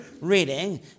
reading